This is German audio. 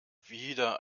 wieder